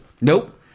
Nope